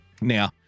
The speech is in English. Now